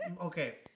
okay